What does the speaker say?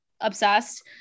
obsessed